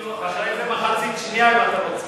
אחרי זה מחצית שנייה אם אתה רוצה.